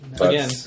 Again